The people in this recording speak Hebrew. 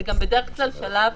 זה גם בדרך כלל שלב